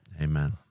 Amen